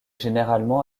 généralement